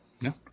No